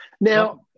now